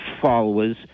followers